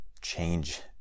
change